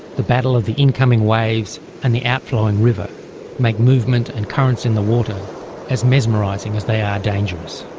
the battle of the incoming waves and the outflowing river make movement and currents in the water as mesmerising as they are dangerous.